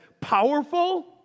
powerful